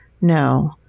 No